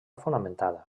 fonamentada